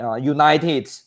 united